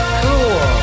cool